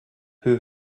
who